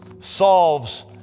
solves